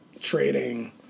trading